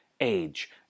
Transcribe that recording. age